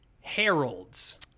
Harold's